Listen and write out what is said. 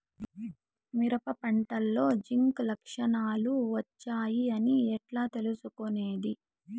మిరప పంటలో జింక్ లక్షణాలు వచ్చాయి అని ఎట్లా తెలుసుకొనేది?